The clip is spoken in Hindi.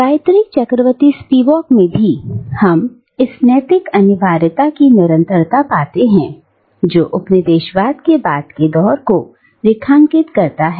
गायत्री चक्रवती स्पिवाक में भी हम इस नैतिक अनिवार्यता की निरंतरता पाते हैं जो उपनिवेशवाद के बाद के दौर को रेखांकित करता है